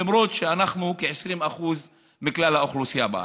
למרות שאנחנו כ-20% מכלל האוכלוסייה בארץ.